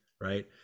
right